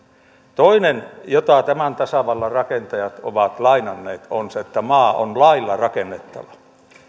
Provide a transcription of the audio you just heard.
toinen jota tämän tasavallan rakentajat ovat lainanneet on se että maa on lailla rakennettava